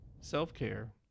self-care